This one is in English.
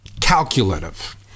calculative